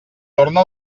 torna